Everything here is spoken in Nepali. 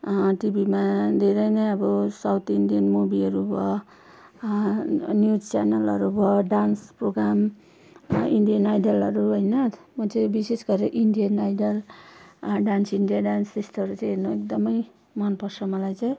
टिभीमा धेरै नै अब साउथ इन्डियन मुभीहरू भयो न्युज च्यानलहरू भयो डान्स प्रोगाम इन्डियन आइडलहरू होइन म चाहिँ विशेष गरेर Indian idol dance India dance त्यस्तोहरू चाहिँ हेर्नु एकदमै मनपर्छ मलाई चाहिँ